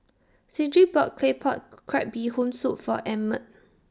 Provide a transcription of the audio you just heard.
Cedrick bought Claypot Crab Bee Hoon Soup For Emmett